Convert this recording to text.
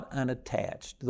unattached